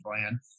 plan